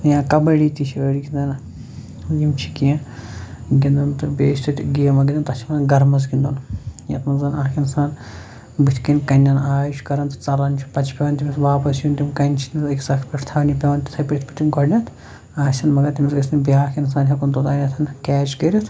یا کَبڈی تہِ چھِ أڑۍ گِنٛدان یِم چھِ کیٚنٛہہ گِنٛدان تہٕ بیٚیہِ چھِ تَتہِ گیمہٕ گِنٛدان تَتھ چھِ وَنان گَرمَس گِنٛدُن یَتھ منٛز زَن اَکھ اِنسان بُتھہِ کٔنۍ کَنیٚن آے چھُ کَران تہٕ ژلان چھُ پَتہٕ چھُ پیٚوان تٔمِس واپَس یُن تِم کَنہِ چھِ تٔمِس أکِس اَکھ پٮ۪ٹھ تھاونہِ پیٚوان تِتھٔے پٲٹھۍ یِتھ پٲٹھۍ تِم گۄڈٕنیٚتھ آسیٚن مگر تٔمِس گژھہِ نہٕ بیٛاکھ اِنسان ہیٚکُن توٚتانۍ کیچ کٔرِتھ